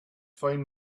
find